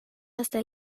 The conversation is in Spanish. hasta